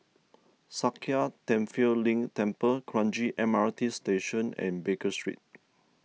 Sakya Tenphel Ling Temple Kranji M R T Station and Baker Street